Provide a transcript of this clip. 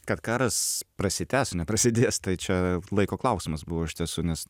kad karas prasitęs o ne prasidės tai čia laiko klausimas buvo iš tiesų nes